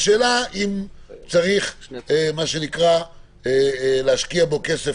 והשאלה היא צריך להשקיע בו כסף,